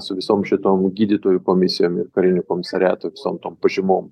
su visom šitom gydytojų komisijom ir karinių komisariatų visom tom pažymom